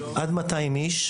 בכל המשחקים עד 200 איש,